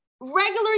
regular